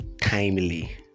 timely